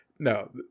No